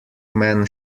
men